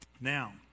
Now